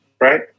right